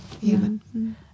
Human